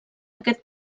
aquest